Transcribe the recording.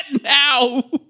now